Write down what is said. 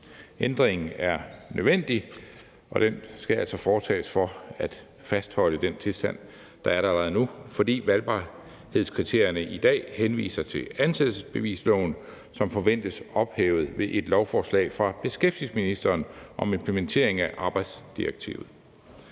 Ændringen er nødvendig, og den skal altså foretages for at fastholde den tilstand, der er allerede nu, fordi valgbarhedskriterierne i dag henviser til ansættelsesbevisloven, som forventes ophævet ved et lovforslag fra Beskæftigelsesministeriet om implementering af arbejdsdirektivet.